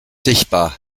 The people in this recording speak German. sichtbar